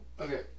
Okay